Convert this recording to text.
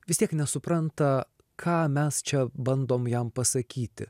vis tiek nesupranta ką mes čia bandom jam pasakyti